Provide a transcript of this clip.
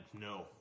no